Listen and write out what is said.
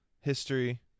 history